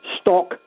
stock